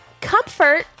comfort